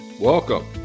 Welcome